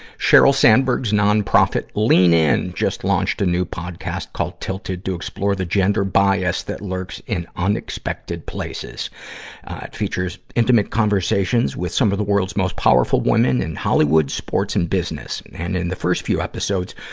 sheryl sandberg's non-profit, lean in, just launched a new podcast called tilted, to explore the gender bias that lurk in unexpected places. it features intimate conversations with some of the world's most powerful women in hollywood, sports, and business. and in the first few episodes,